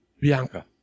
Bianca